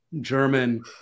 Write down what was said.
German